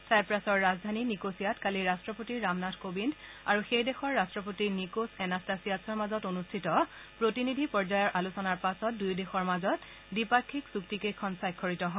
ছাইপ্ৰাছৰ ৰাজধানী নিকোছিয়াত কালি ৰাট্টপতি ৰামনাথ কোবিন্দ আৰু সেই দেশৰ ৰট্টপতি নিকোছ এনাট্টাছিয়াডছৰ মাজত অনুষ্ঠিত প্ৰতিনিধি পৰ্যায়ৰ আলোচনাৰ পাছত দুয়ো দেশৰ মাজত দ্বিপাক্ষিক চুক্তি কেইখন স্বাক্ষৰিত হয়